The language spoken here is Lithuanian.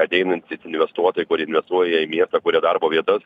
ateinantys investuotojai kur investuoja į miestą kuria darbo vietas